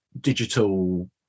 digital